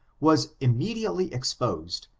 was immediately exposed,